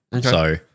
So-